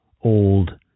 old